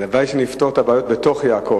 הלוואי שנפתור את הבעיות בתוך יעקב,